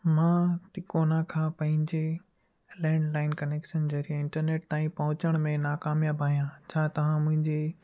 मां तिकोना खां पंहिंजे लैंडलाइन कनेक्सन ज़रिए इंटरनेट ताईं पहुचण में नाकामयाबु आहियां छा तव्हां मुंहिंजी